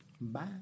Bye